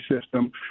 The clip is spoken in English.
system